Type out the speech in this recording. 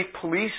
police